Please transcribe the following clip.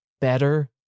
better